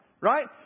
Right